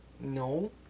No